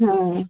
ହୁଁ